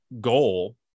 goal